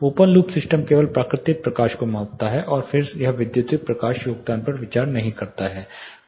open loop system केवल प्राकृतिक प्रकाश को मापता है और फिर यह विद्युत प्रकाश योगदान पर विचार नहीं करता है